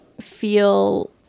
feel